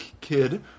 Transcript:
kid